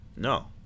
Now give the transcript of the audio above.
No